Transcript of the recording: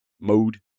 mode